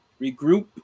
regroup